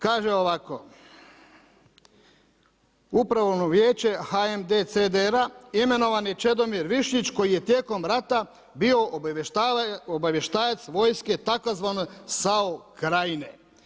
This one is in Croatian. Kaže ovako, upravno vijeće HND CDR-a imenovani Čedomir Višnjić koji je tijekom rata bio obavještajac vojske tzv. SAO krajine.